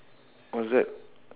what's that